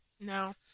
No